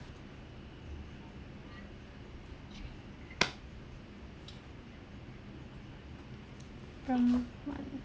prompt one